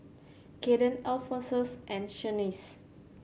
Kaden Alphonsus and Shanice